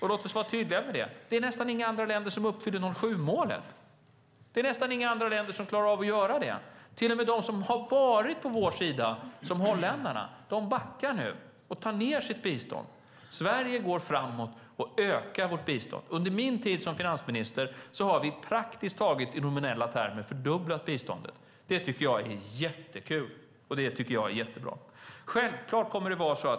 Låt oss vara tydliga med att det nästan inte är några andra länder som uppfyller 0,7-procentsmålet. Det är nästan inga andra länder som klarar av det. Till och med de länder som har varit på vår sida, som holländarna, backar nu och minskar sitt bistånd. Sverige går framåt och ökar sitt bistånd. Under min tid som finansminister har vi i nominella termer praktiskt taget fördubblat biståndet. Det tycker jag är jättekul och bra.